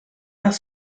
das